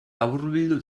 laburbildu